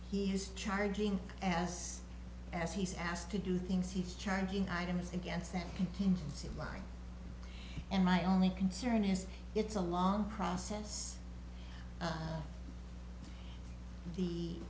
he's charging ass as he's asked to do things he's charging items against that contingency line and my only concern is it's a long process